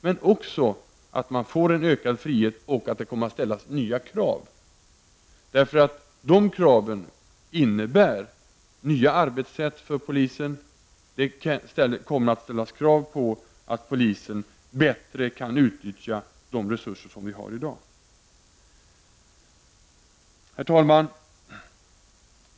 Men det handlar ju också om att man får en ökad frihet och att det kommer att ställas nya krav. De kraven innebär nya arbetssätt för polisen. Det kommer att ställas krav på att polisen bättre skall kunna utnyttja de resurser som finns i dag.